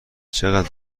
چقد